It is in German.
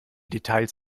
details